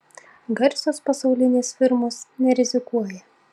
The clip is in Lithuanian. garsios pasaulinės firmos nerizikuoja